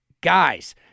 guys